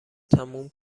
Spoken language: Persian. تموم